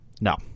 No